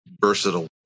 versatile